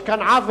יש כאן עוול.